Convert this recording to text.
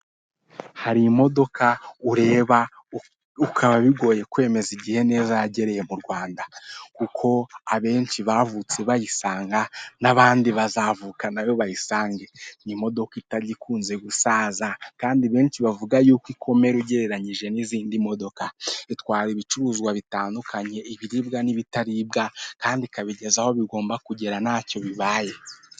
Hari imodoka ureba ukaba bigoye kwemeza igihe neza yagereye mu Rwanda, kuko abenshi bavutse bayisanga nabandi bazavuka nayo bayisange. Ni imodoka itajya ikunze gusaza kandi benshi bavuga yuko ikomera ugereranyije n'izindi modoka, itwara ibicuruzwa bitandukanye ibiribwa n'ibitaribwa kandi ikabigeza aho bigomba kugera ntacyo bibaye.